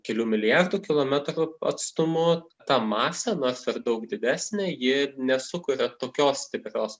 kelių milijardų kilometrų atstumu ta masė nors ir daug didesnė ji nesukuria tokios stiprios